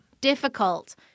difficult